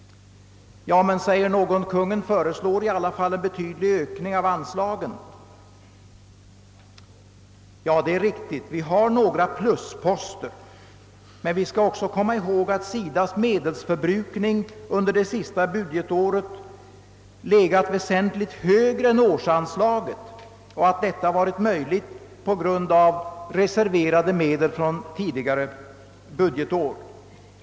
Men, säger då någon, Kungl. Maj:t föreslår i alla fall en betydlig ökning av anslagen. Detta är riktigt. Vi har några plusposter. Men vi skall också komma ihåg att SIDA:s medelsförbrukning under det senaste budgetåret har legat väsentligt högre än årsanslaget och att detta varit möjligt tack vare från tidigare budgetår reserverade medel.